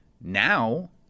Now